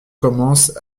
commence